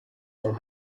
from